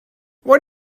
what